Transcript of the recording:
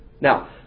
Now